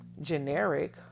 generic